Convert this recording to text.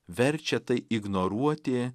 verčia tai ignoruoti